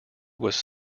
was